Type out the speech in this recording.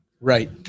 Right